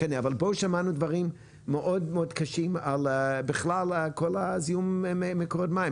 אבל פה שמענו דברים מאוד-מאוד קשים על כל הזיהום במקורות מים.